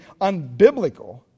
unbiblical